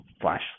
flash